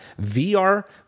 VR